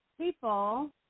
people